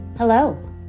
Hello